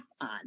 on